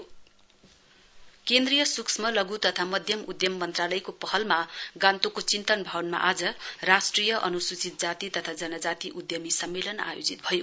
SC ST hub conclave केन्द्रीय सूक्ष्म लघु तथा मध्यम उद्धम मन्त्रालयको पहलमा गान्तोकको चिन्तन भवनमा आज राष्ट्रिय अनुसूचित जाति तथा जनजाति उद्घोग सम्मेलन आयोजित भयो